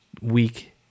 week